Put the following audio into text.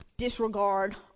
disregard